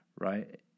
right